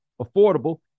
affordable